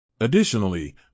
Additionally